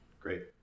Great